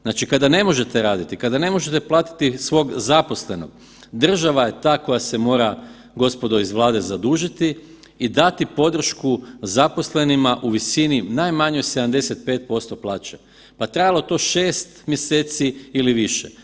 Znači kada ne možete raditi, kada ne možete platiti svog zaposlenog, država je ta koja se mora gospodo iz Vlade zadužiti i dati podršku zaposlenima u visini najmanjoj 75% plaće, pa trajalo to 6 mjeseci ili više.